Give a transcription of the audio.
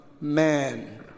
man